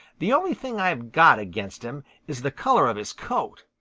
the only thing i've got against him is the color of his coat.